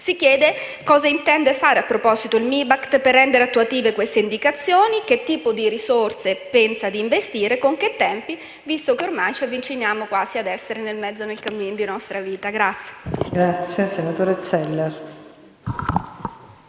Si chiede cosa intende fare in proposito il MIBACT per rendere attuative queste indicazioni, che tipo di risorse pensa di investire e con che tempi, visto che ormai ci avviciniamo quasi ad essere «nel mezzo del cammin di nostra vita».